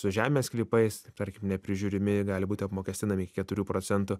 su žemės sklypais tarkim neprižiūrimi gali būti apmokestinami iki keturių procentų